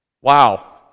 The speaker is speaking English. wow